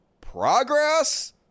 progress